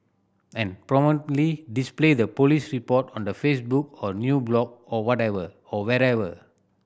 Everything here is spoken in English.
and prominently display the police report on the Facebook or new blog or whatever or wherever